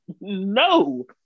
no